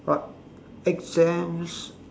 but exams